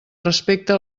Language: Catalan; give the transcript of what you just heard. respecta